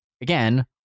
again